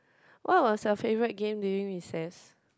what was your favorite game during recess